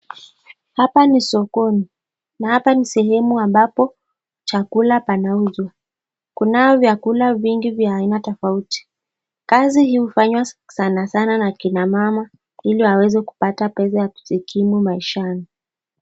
Hapa ni sokoni na hapa ni sehemu ambapo chakula panauzwa. Kunao vyakula vingi vya aina tofauti. Kazi hii hufanywa sana sana na kina mama ili waweze kupata pesa ya kujikimu maishani.